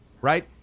right